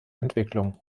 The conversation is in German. entwicklung